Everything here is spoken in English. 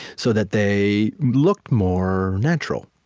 so that they look more natural,